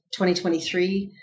2023